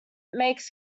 makes